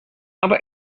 aber